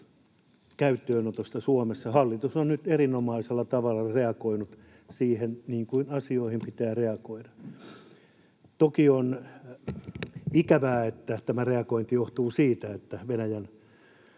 käyttöönotosta Suomessa. Hallitus on nyt erinomaisella tavalla reagoinut tähän, niin kuin asioihin pitää reagoida. Toki on ikävää, että tämä reagointi johtuu Venäjän